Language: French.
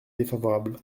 défavorable